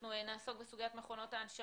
אנחנו נעסוק בסוגיית מכונות ההנשמה,